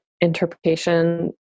interpretation